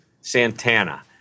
Santana